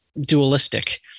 dualistic